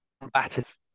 combative